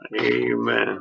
amen